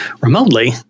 remotely